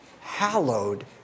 hallowed